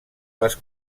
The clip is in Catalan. les